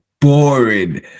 boring